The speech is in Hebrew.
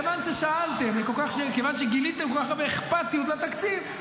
כיוון ששאלתם וכיוון שגיליתם כל כך הרבה אכפתיות לתקציב,